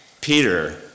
Peter